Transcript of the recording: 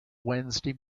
wednesday